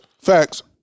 Facts